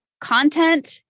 Content